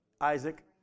Isaac